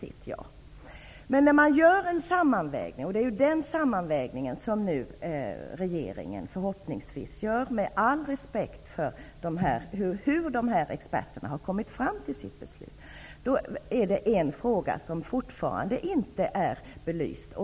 Förhoppningsvis gör nu regeringen en sammanvägning av svaren, med all respekt för hur dessa experter har kommit fram till sina beslut. En fråga är dock fortfarande inte belyst.